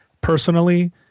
personally